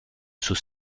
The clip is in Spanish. sus